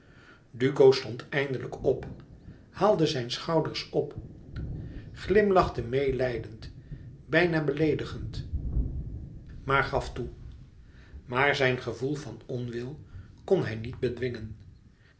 duco stond eindelijk op haalde zijn schouders op glimlachte meêlijdend bijna beleedigend maar gaf toe maar zijn gevoel van onwil kon hij niet bedwingen